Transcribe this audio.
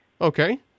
Okay